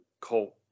cult